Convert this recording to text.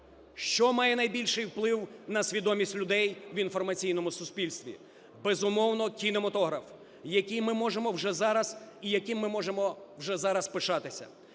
Що має найбільший вплив на свідомість людей в інформаційному суспільстві? Безумовно, кінематограф, який ми можемо вже зараз і яким ми можемо вже зараз пишатися.